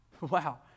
Wow